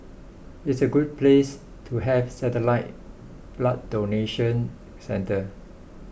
it's a good place to have satellite blood donation centre